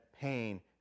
pain